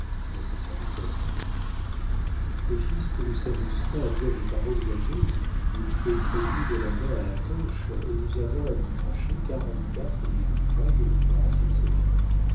votre serviteur le fisc ne s'amuse pas à dire des paroles oiseuses il fait crédit de la main à la poche et nous avons à lui cracher quarante-quatre mille francs de droits cette semaine